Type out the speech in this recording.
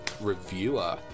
reviewer